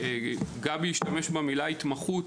גבי השתמש במילה "התמחות"